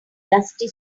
dusty